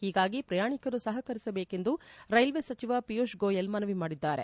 ಹೀಗಾಗಿ ಪ್ರಯಾಣಿಕರು ಸಹಕರಿಸಬೇಕು ಎಂದು ರೈಲ್ವೆ ಸಚಿವ ಪಿಯೂಷ್ ಗೋಯಲ್ ಮನವಿ ಮಾಡಿದ್ದಾರೆ